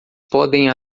podem